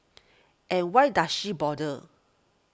and why does she bother